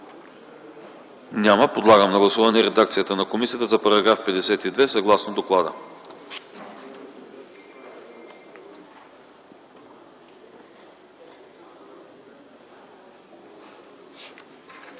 Няма. Подлагам на гласуване редакцията на комисията за § 52, съгласно доклада.